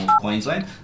Queensland